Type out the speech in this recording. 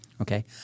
Okay